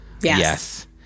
Yes